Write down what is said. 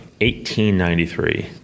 1893